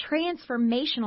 Transformational